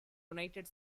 united